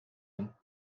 noms